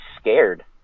scared